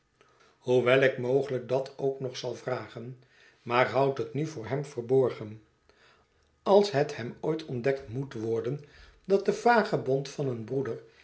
dat ook nog zal vragen maar houd het nu voor hem verborgen als het hem ooit ontdekt moet worden dat die vagebond van een broeder